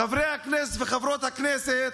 חברי הכנסת וחברות הכנסת,